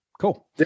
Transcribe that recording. cool